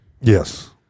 Yes